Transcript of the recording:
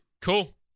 Cool